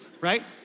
Right